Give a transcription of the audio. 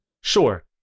sure